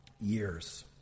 years